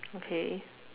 okay